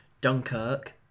Dunkirk